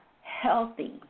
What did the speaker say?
healthy